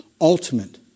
ultimate